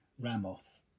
Ramoth